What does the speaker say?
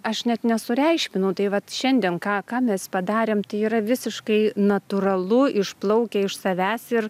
aš net nesureikšminu tai vat šiandien ką ką mes padarėm tai yra visiškai natūralu išplaukia iš savęs ir